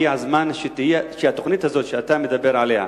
הגיע הזמן שהתוכנית הזאת שאתה מדבר עליה,